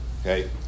Okay